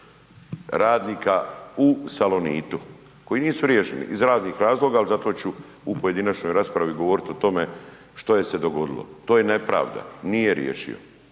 radnika u Salonitu koji nisu riješeni iz raznih razloga, ali zato ću u pojedinačnoj raspravi govoriti o tome što je se dogodilo. To je nepravda. Nije riješio.